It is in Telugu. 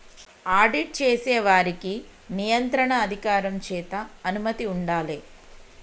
ఆడిట్ చేసేకి నియంత్రణ అధికారం చేత అనుమతి ఉండాలే